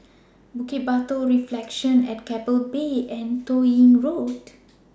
Bukit Batok Reflections At Keppel Bay and Toh Yi Road